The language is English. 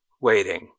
waiting